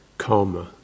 karma